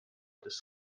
this